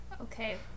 Okay